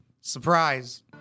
Surprise